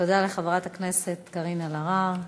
תודה לחברת הכנסת קארין אלהרר.